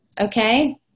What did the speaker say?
okay